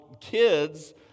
kids